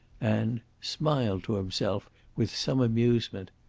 and smiled to himself with some amusement.